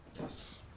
Yes